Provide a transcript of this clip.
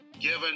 given